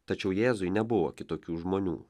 tačiau jėzui nebuvo kitokių žmonių